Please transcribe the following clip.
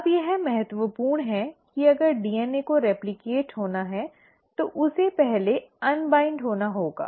अब यह महत्वपूर्ण है कि अगर डीएनए को रिप्लिकेट होना है तो उसे पहले खोलना होगा